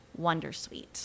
wondersuite